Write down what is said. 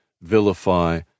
vilify